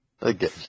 again